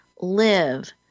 live